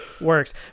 works